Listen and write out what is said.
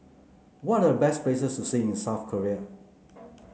what are the best places to see in South Korea